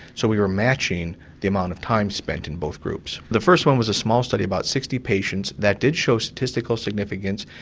so we were matching the amount of time spent in both groups. the first one was a small study, about sixty patients that did show statistical significance,